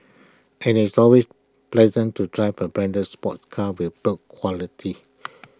and IT is always pleasant to drive A branded sports car with build quality